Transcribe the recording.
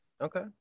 Okay